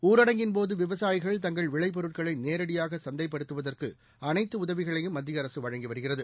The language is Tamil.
ஊரடங்கின்போது விவசாயிகள் தங்கள் விளை பொருட்களை நேரடியாக சந்தைப்படுத்துவதற்கு அனைத்து உதவிகளையும் மத்திய அரசு வழங்கி வருகிறது